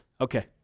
Okay